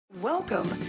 Welcome